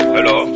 Hello